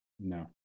No